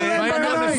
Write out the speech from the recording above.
תסכלו להם בעיניים.